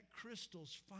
crystal's